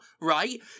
right